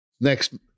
Next